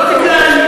לא דיברתי